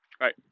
Right